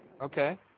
Okay